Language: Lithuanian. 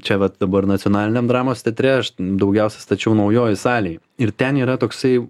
čia vat dabar nacionaliniam dramos teatre aš daugiausia stačiau naujojoj salėj ir ten yra toksai